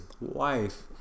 wife